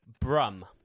Brum